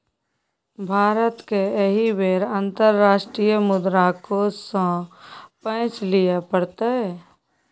भारतकेँ एहि बेर अंतर्राष्ट्रीय मुद्रा कोष सँ पैंच लिअ पड़तै